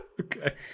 Okay